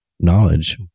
knowledge